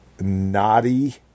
Naughty